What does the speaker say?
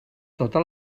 tota